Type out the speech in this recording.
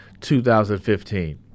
2015